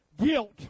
guilt